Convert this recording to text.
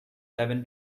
seven